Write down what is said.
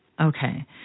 Okay